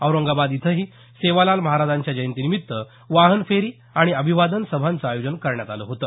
औरंगाबाद इथंही सेवालाल महाराजांच्या जयंतीनिमित्त वाहनफेरी आणि अभिवादन सभांचं आयोजन करण्यात आलं होतं